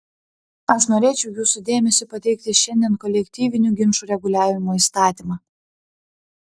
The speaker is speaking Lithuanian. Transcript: aš norėčiau jūsų dėmesiui pateikti šiandien kolektyvinių ginčų reguliavimo įstatymą